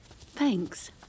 Thanks